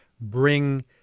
bring